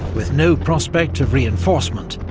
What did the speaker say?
with no prospect of reinforcement,